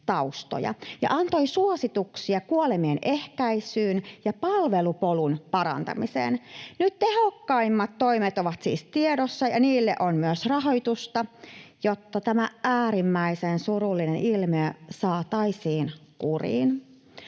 taustoja ja antoi suosituksia kuolemien ehkäisyyn ja palvelupolun parantamiseen. Nyt tehokkaimmat toimet ovat siis tiedossa, ja niille on myös rahoitusta, jotta tämä äärimmäisen surullinen ilmiö saataisiin kuriin.